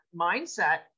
mindset